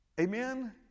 Amen